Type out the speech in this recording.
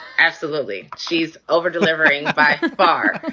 absolutely. she's over delivering by far. and